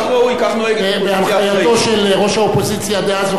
בהנחייתו של ראש האופוזיציה דאז, ראש הממשלה.